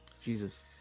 Jesus